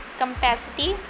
capacity